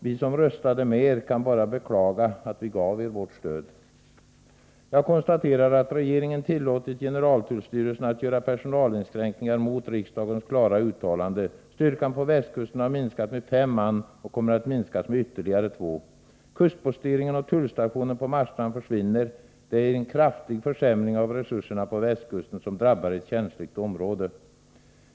Vi som röstade med er kan bara beklaga att vi gav er vårt stöd. Jag konstaterar att regeringen tillåtit generaltullstyrelsen att göra personalinskränkningar mot riksdagens klara uttalande. Styrkan på västkusten har minskat med fem man och kommer att minskas med ytterligare två. Kustposteringen och tullstationen på Marstrand försvinner. Det är en kraftig försämring av resurserna på västkusten, och den drabbar ett känsligt område.